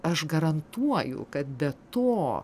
aš garantuoju kad be to